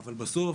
אבל בסוף